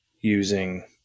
using